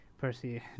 Percy